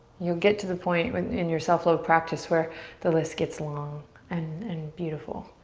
you'll get to the point in your self love practice where the list gets long and and beautiful.